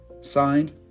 Signed